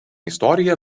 istoriją